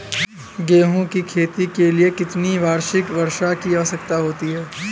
गेहूँ की खेती के लिए कितनी वार्षिक वर्षा की आवश्यकता होती है?